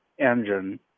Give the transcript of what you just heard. engine